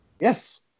yes